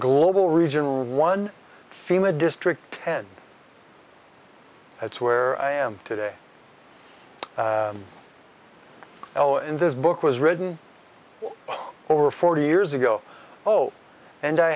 global regional one fema district ten that's where i am today well in this book was written over forty years ago oh and i